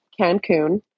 Cancun